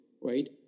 right